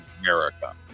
America